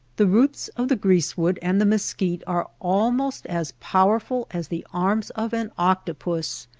the roots of the greasewood and the mesquite are almost as powerful as the arms of an octopus,